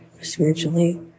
spiritually